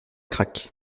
crac